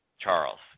Charles